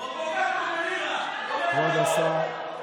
כבוד השר.